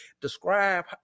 Describe